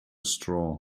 straw